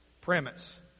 Premise